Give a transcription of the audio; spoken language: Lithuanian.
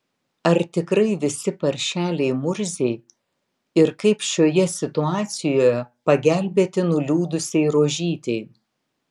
ar tikrai visi paršeliai murziai ir kaip šioje situacijoje pagelbėti nuliūdusiai rožytei